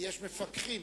יש מפקחים.